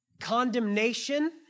Condemnation